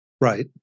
Right